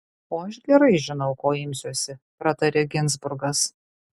o aš gerai žinau ko imsiuosi pratarė ginzburgas